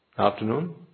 afternoon